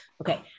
Okay